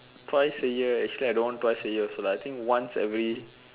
twice a year actually I don't want twice a year also lah I think once every